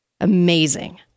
Amazing